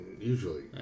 Usually